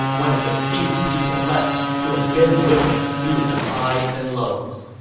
one of the few people left who had been with him through the highs and lows,